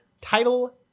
title